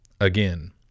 Again